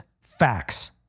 facts